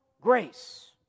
grace